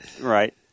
right